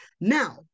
Now